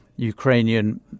Ukrainian